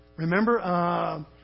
Remember